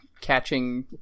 catching